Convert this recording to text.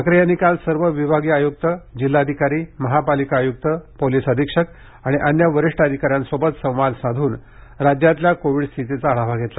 ठाकरे यांनी काल सर्व विभागीय आयुक्त जिल्हाधिकारी महापालिका आयुक्त पोलीस अधीक्षक आणि अन्य वरिष्ठ अधिकाऱ्यांशी संवाद साधून राज्यातल्या कोविड स्थितीचा आढावा घेतला